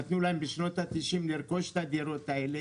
נתנו להם בשנות ה-90 לרכוש את הדירות האלה,